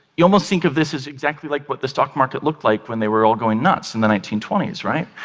you almost think of this as exactly like what the stock market looked like when they were all going nuts in the nineteen twenty s.